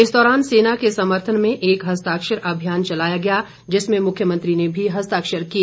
इस दौरान सेना के समर्थन में एक हस्ताक्षर अभियान चलाया गया जिसमें मुख्यमंत्री ने भी हस्ताक्षर किए